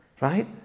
right